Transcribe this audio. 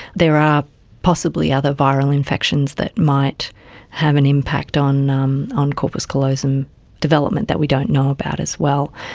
there are possibly other viral infections that might have an impact on um on corpus callosum development that we don't know about as well.